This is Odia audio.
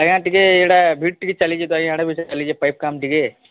ଆଜ୍ଞା ଟିକେ ଏଇଟା ଭିଡ଼୍ ଟିକେ ଚାଲିଛି ତ ଆଜ୍ଞା ଚାଲିଛେ ପାଇପ୍ କାମ୍ ଟିକେ